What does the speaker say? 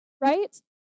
right